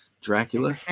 Dracula